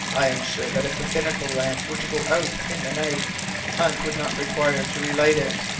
i am sure that if the binnacle lamp were to go out in the night hunt would not require to relight it.